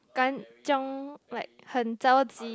kan-chiong like 很着急